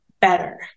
better